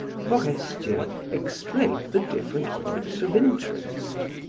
forestier explained the different points of interest.